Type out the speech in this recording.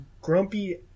Grumpy